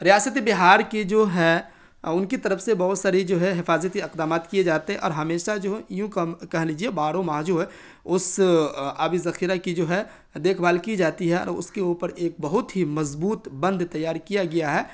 ریاست بہار کی جو ہے ان کی طرف سے بہت ساری جو ہے حفاظتی اقدامات کیے جاتے اور ہمیشہ جو ہے یوں کم کہہ لیجیے بارو ماہ جو ہے اس آبی ذخیرہ کی جو ہے دیکھ بھال کی جاتی ہے اور اس کے اوپر ایک بہت ہی مضبوط بند تیار کیا گیا ہے